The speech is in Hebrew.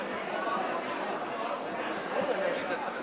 רבותיי, נא לשמור על השקט.